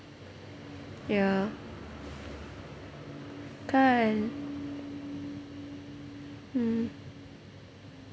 ya kan hmm